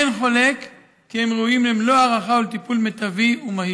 אין חולק כי הם ראויים למלוא ההערכה ולטיפול מיטבי ומהיר.